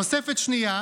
תוספת שנייה